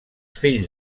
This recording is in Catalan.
fills